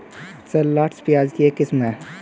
shallots, प्याज की एक किस्म है